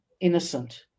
innocent